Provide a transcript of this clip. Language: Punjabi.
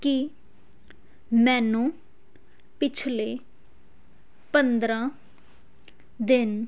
ਕੀ ਮੈਨੂੰ ਪਿਛਲੇ ਪੰਦਰ੍ਹਾਂ ਦਿਨ